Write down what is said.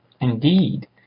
Indeed